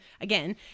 again